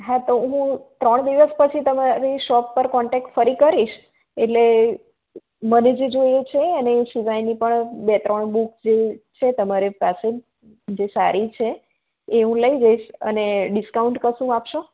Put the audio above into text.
હા તો હું ત્રણ દિવસ પછી તમારી શોપ પર કોન્ટેક્ટ ફરી કરીશ એટલે મને જે જોઈએ છે અને એ સિવાયની પણ બે ત્રણ બૂક જે છે તમારી પાસે જે સારી છે એ હું લઇ જઈશ અને ડિસ્કાઉન્ટ કશું આપશો